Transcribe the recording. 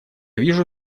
вижу